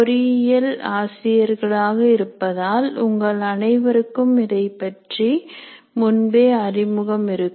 பொறியியல் ஆசிரியர்களாக இருப்பதால் உங்கள் அனைவருக்கும் இதைப் பற்றி முன்பே அறிமுகம் இருக்கும்